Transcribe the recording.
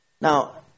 Now